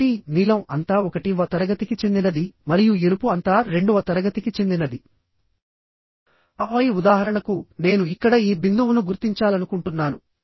కాబట్టి net area ని కనుక్కునే టప్పుడు ఈ ఏరియా అని తగ్గించుకోవాలి